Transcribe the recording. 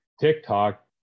TikTok